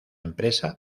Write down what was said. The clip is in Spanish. empresa